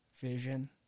vision